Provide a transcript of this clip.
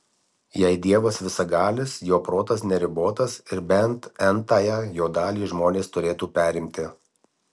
jei dievas visagalis jo protas neribotas ir bent n tąją jo dalį žmonės turėtų perimti